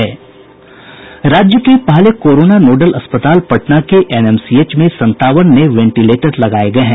राज्य के पहले कोरोना नोडल अस्पताल पटना के एनएमसीएच में संतावन नये वेंटिलेटर लगाये गये हैं